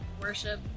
worship